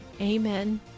Amen